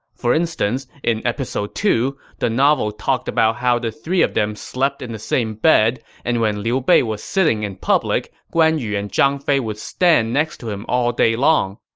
for instance, in episode two, the novel talked about how the three of them slept in the same bed, and when liu bei was sitting in public, guan yu and zhang fei would stand next to him all day long.